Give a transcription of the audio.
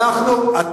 מי זה "אתם"?